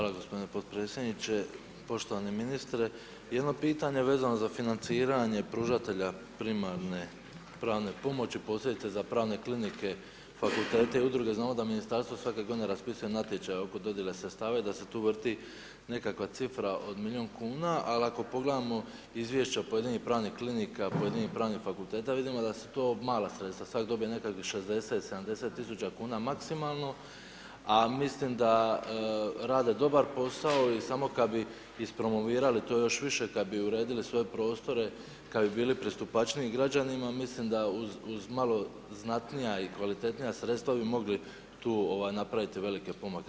Hvala gospodine podpredsjedniče, poštovani ministre, jedno pitanje vezano za financiranje pružatelja primarne pravne pomoći posljedice za pravne klinike, fakultete i udruge, znamo da ministarstvo svake godine raspisuje natječaje oko dodjele sredstava i da se tu vrti nekakva cifra od milion kuna, al ako pogledamo izvješća od pojedinih pravih klinika, pojedinih pravih fakulteta vidimo da su to mala sredstva, svak dobije nekakvih 60 70.000 kuna maksimalno, a mislim da rade dobar posao i samo kad bi ispromovirali to još više, ka bi uredili svoje prostore, kad bi bili pristupačniji građanima, mislim da uz malo znatnija i kvalitetnija sredstava bi mogli tu ovaj napraviti velike pomake.